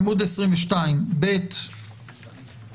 שדוח שאני קראתי לו בדיונים דוח כרטיס כתוב